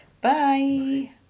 Bye